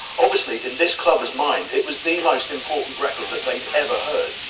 obviously in this clubber's mind, it was the most important record that they'd ever heard.